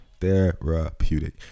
Therapeutic